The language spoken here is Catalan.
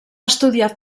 estudiar